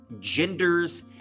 genders